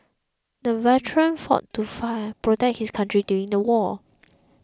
the veteran fought to fire protect his country during the war